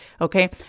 Okay